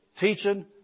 teaching